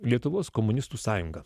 lietuvos komunistų sąjungą